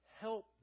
help